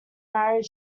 married